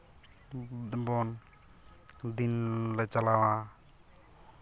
ᱵᱚᱱ ᱫᱤᱱᱞᱮ ᱪᱟᱞᱟᱣᱟ